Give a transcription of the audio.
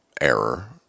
error